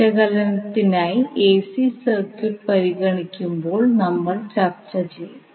വിശകലനത്തിനായി AC circuit പരിഗണിക്കുമ്പോൾ നമ്മൾ ചർച്ച ചെയ്യും